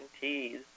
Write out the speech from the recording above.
teas